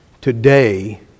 today